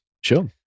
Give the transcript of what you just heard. Sure